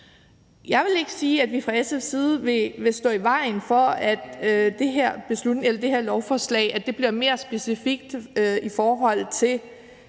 Jeg vil ikke sige, at vi fra SF's side vil stå i vejen for, at det her lovforslag bliver mere specifikt i forhold til